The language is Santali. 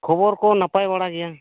ᱠᱷᱚᱵᱚᱨ ᱠᱚ ᱱᱟᱯᱟᱭ ᱵᱟᱲᱟ ᱜᱮᱭᱟ